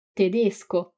tedesco